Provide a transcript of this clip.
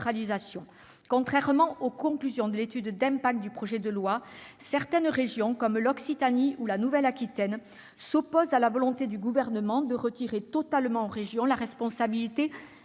Contrairement aux conclusions de l'étude d'impact du projet de loi, certaines régions, comme l'Occitanie ou la Nouvelle-Aquitaine, s'opposent à la volonté du Gouvernement de retirer totalement aux régions la responsabilité